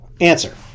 Answer